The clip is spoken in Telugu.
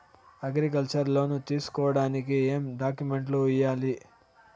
అగ్రికల్చర్ లోను తీసుకోడానికి ఏం డాక్యుమెంట్లు ఇయ్యాలి?